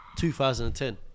2010